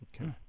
okay